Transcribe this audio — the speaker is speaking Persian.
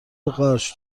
قارچ